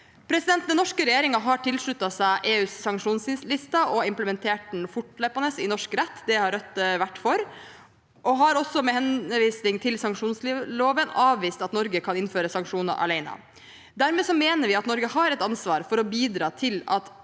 regjeringen har tilsluttet seg EUs sanksjonsliste og implementert den fortløpende i norsk rett. Det har Rødt vært for, og vi har også, med henvisning til sanksjonsloven, avvist at Norge kan innføre sanksjoner alene. Dermed mener vi at Norge har et ansvar for å bidra til at